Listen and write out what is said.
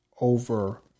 over